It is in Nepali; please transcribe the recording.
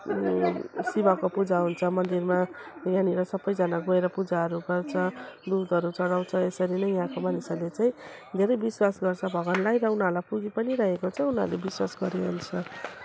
शिवको पूजा हुन्छ मन्दिरमा यहाँनिर सबैजना गएर पूजाहरू गर्छ दुधहरू चढाउँछ यसरी नै यहाँको मानिसहरू चाहिँ धेरै विश्वास गर्छ भगवानलाई र उनीहरूलाई पुगी पनि रहेको छ उनीहरूले विश्वास गरेअनुसार